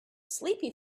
sleepy